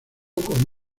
con